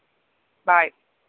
bye